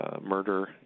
murder